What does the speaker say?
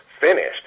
finished